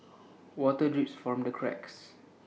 water drips from the cracks